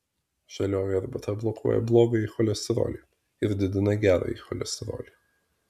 žalioji arbata blokuoja blogąjį cholesterolį ir didina gerąjį cholesterolį